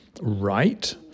right